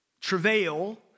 travail